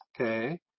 Okay